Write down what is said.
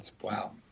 Wow